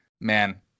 man